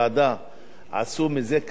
עשו מזה קמפיין אנטי,